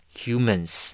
humans